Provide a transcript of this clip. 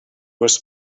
was